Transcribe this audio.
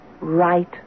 right